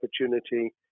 opportunity